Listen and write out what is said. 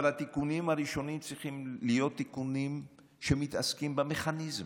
אבל התיקונים הראשונים צריכים להיות תיקונים שמתעסקים במכניזם,